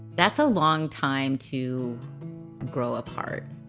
that's a long time to grow apart.